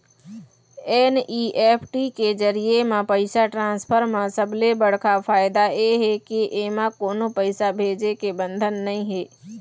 NEFT के जरिए म पइसा ट्रांसफर म सबले बड़का फायदा ए हे के एमा कोनो पइसा भेजे के बंधन नइ हे